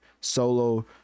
solo